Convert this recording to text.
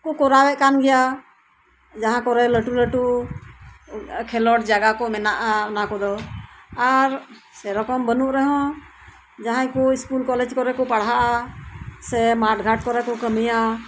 ᱠᱚ ᱠᱚᱨᱟᱣᱮᱜ ᱠᱟᱱ ᱜᱮᱭᱟ ᱡᱟᱦᱟᱸ ᱠᱚᱨᱮ ᱞᱟᱴᱩ ᱞᱟᱴᱩ ᱠᱷᱮᱞᱳᱰ ᱡᱟᱭᱜᱟ ᱠᱚ ᱢᱮᱱᱟᱜᱼᱟ ᱚᱱᱟ ᱠᱚᱫᱚ ᱟᱨ ᱥᱮ ᱨᱚᱠᱚᱢ ᱵᱟᱱᱩᱜ ᱨᱮᱦᱚᱸ ᱡᱟᱦᱟᱸᱭ ᱠᱚ ᱤᱥᱠᱩᱞ ᱠᱚᱞᱮᱡᱽ ᱠᱚ ᱨᱮᱠᱚ ᱯᱟᱲᱦᱟᱜᱼᱟ ᱥᱮ ᱢᱟᱴᱷ ᱜᱷᱟᱴ ᱠᱚᱨᱮ ᱠᱚ ᱠᱟᱢᱤᱭᱟ